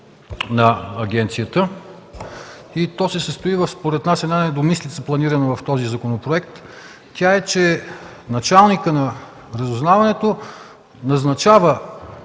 на агенцията. То се състои според нас в една недомислица, планирана в този законопроект. Тя е, че началникът на разузнаването назначава